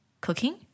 cooking